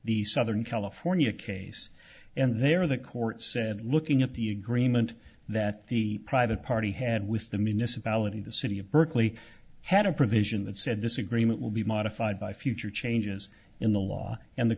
the southern california case and they're the court said looking at the agreement that the private party had with the municipality the city of berkeley had a provision that said this agreement will be modified by future changes in the law and the